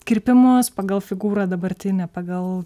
kirpimus pagal figūrą dabartinę pagal